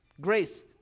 grace